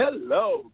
Hello